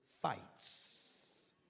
fights